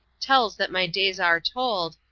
tells that my days are told,